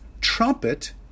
trumpet